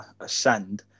Ascend